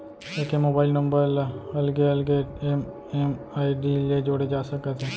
एके mobile number ल अलगे अलगे एम.एम.आई.डी ले जोड़े जा सकत हे